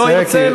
לא ירצה,